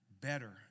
better